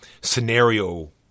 scenario